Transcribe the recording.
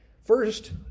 first